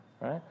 right